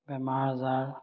বেমাৰ আজাৰ